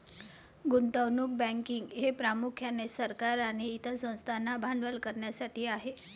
गुंतवणूक बँकिंग हे प्रामुख्याने सरकार आणि इतर संस्थांना भांडवल करण्यासाठी आहे